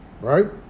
Right